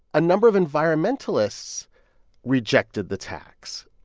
a number of environmentalists rejected the tax.